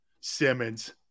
Simmons